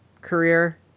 career